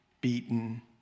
beaten